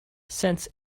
since